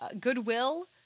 goodwill